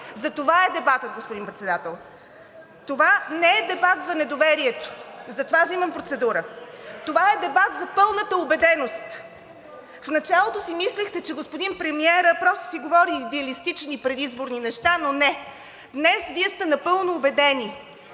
Затова е дебатът, господин Председател. (Шум и реплики от ГЕРБ-СДС.) Това не е дебат за недоверието, затова взимам процедура, това е дебат за пълната убеденост. В началото си мислехте, че господин премиерът просто си говори идеалистични предизборни неща, но не. Днес Вие сте напълно убедени,